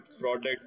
product